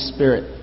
Spirit